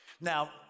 Now